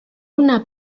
una